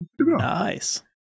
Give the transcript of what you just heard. Nice